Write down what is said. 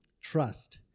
Trust